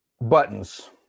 buttons